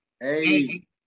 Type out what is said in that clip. Hey